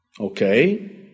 Okay